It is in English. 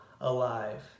alive